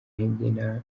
intege